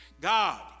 god